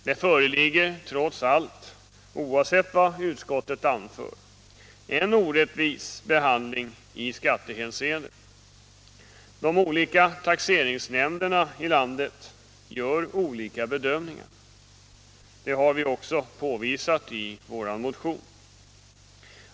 Det föreligger trots allt, oavsett vad utskottet anför, en orättvis behandling i skattehänseende. De olika taxeringsnämnderna i landet gör olika bedömningar. Det har vi också påvisat i vår motion.